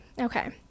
okay